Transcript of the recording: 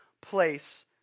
place